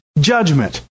judgment